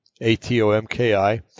A-T-O-M-K-I